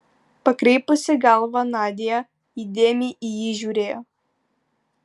pakreipusi galvą nadia įdėmiai į jį žiūrėjo